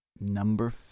Number